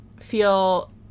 feel